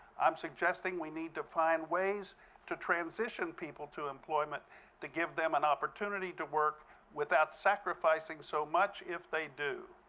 i'm suggesting we need to find ways to transition people to employment to give them an opportunity to work without sacrificing so much if they do.